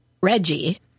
Reggie